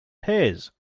pears